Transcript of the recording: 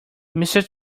mrs